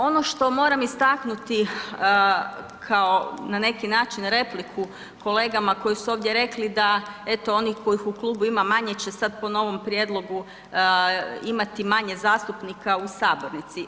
Ono što moram istaknuti kao na neki način repliku, kolegama koji su ovdje rekli da eto, oni kojih u klubu ima manje će sad po novom prijedlogu imati manje zastupnika u Sabornici.